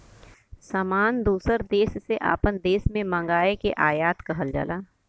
सामान दूसर देस से आपन देश मे मंगाए के आयात कहल जाला